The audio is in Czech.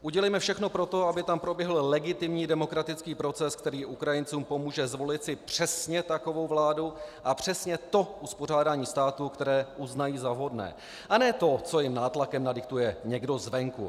Udělejme všechno pro to, aby tam proběhl legitimní demokratický proces, který pomůže Ukrajincům zvolit si přesně takovou vládu a přesně to uspořádání státu, které uznají za vhodné, a ne to, co jim nátlakem nadiktuje někdo zvenku.